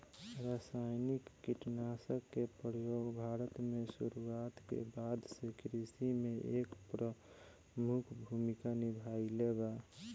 रासायनिक कीटनाशक के प्रयोग भारत में शुरुआत के बाद से कृषि में एक प्रमुख भूमिका निभाइले बा